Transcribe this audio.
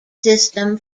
system